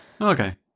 Okay